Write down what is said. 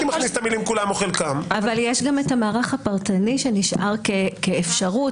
אבל יש גם המערך הפרטני שנשאר כאפשרות